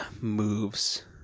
moves